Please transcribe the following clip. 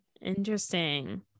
interesting